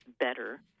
better